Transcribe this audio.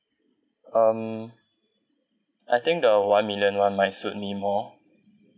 um I think the one million [one] might suit me more